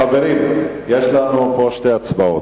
חברים, יש לנו פה שתי הצבעות.